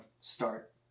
start